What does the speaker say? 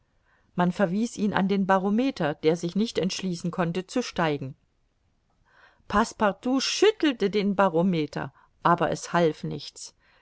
man verwies ihn an den barometer der sich nicht entschließen konnte zu steigen passepartout schüttelte den barometer aber es half nichts